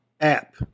app